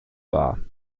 wahr